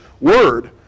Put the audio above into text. word